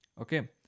Okay